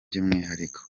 by’umwihariko